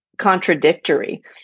Contradictory